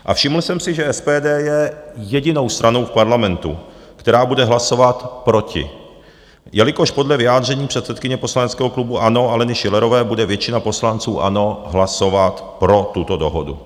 A všiml jsem si, že SPD je jedinou stranou v parlamentu, která bude hlasovat proti, jelikož podle vyjádření předsedkyně poslaneckého klubu ANO Aleny Schillerové bude většina poslanců ANO hlasovat pro tuto dohodu.